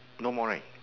no more right